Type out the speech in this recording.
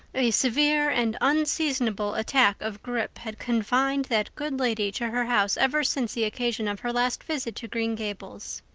a severe and unseasonable attack of grippe had confined that good lady to her house ever since the occasion of her last visit to green gables.